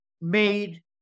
made